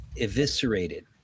eviscerated